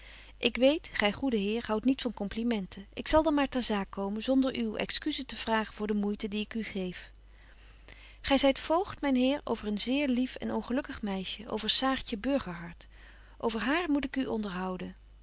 ik weet gy goede heer houdt niet van complimenten ik zal dan maar ter zaak komen zonder u excuse te vragen voor de moeite die ik u geef gy zyt voogd myn heer over een zeer lief en ongelukkig meisje over saartje burgerhart over haar moet ik u onderhouden